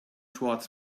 towards